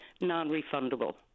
non-refundable